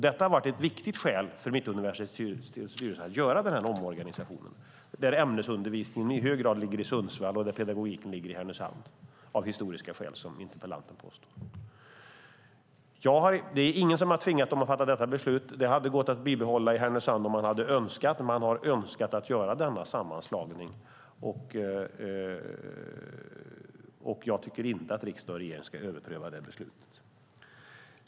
Det har varit ett viktigt skäl för Mittuniversitetets styrelse att göra den här omorganisationen, där ämnesundervisningen i hög grad ligger i Sundsvall och där pedagogiken ligger i Härnösand - av historiska skäl, som interpellanten påstod. Det är ingen som har tvingat dem att fatta detta beslut. Det hade gått att bibehålla undervisningen i Härnösand, om man hade önskat det. Men man har önskat att göra denna sammanslagning. Jag tycker inte att riksdag och regering ska överpröva det beslutet.